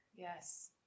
Yes